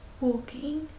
walking